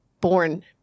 born